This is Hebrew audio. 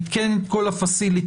ייתן את כל האבזור.